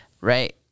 right